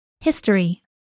History